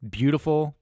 beautiful